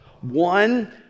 one